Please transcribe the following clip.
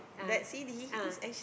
ah ah